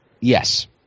yes